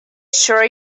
sure